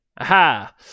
Aha